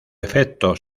efecto